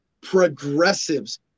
progressives